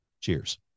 Cheers